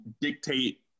dictate